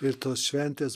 ir tos šventės